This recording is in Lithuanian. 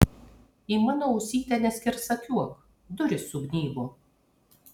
į mano ausytę neskersakiuok durys sugnybo